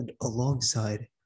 Alongside